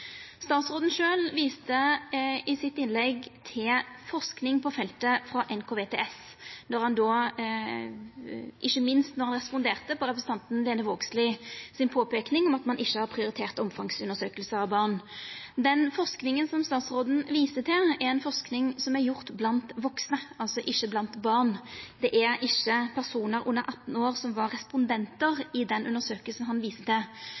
Statsråden sjølv viste i innlegget sitt til forsking på feltet frå NKVTS, ikkje minst då han responderte på påpeikinga frå Lene Vågslid om at ein ikkje har prioritert omfangsundersøkingar av barn. Den forskinga som statsråden viser til, er ei forsking som er gjort blant vaksne, altså ikkje blant barn. Det er ikkje personar under 18 år som var respondentar i den undersøkinga han